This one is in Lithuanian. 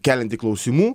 kelianti klausimų